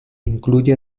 incluye